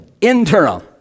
interim